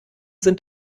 sind